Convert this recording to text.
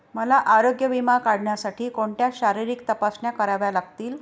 मला आरोग्य विमा काढण्यासाठी कोणत्या शारीरिक तपासण्या कराव्या लागतील?